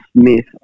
Smith